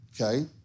Okay